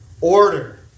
order